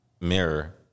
mirror